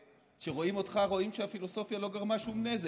כשרואים אותך רואים שהפילוסופיה לא גרמה שום נזק.